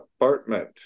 apartment